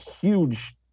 huge –